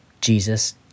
Jesus